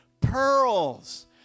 pearls